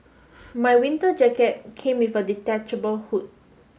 my winter jacket came with a detachable hood